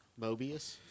Mobius